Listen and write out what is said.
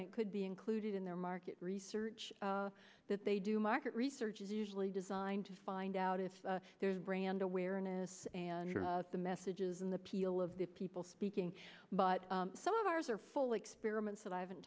and it could be included in their market research that they do market research is usually designed to find out if there's brand awareness and the messages in the peel of the people speaking but some of ours are full experiments